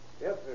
Yes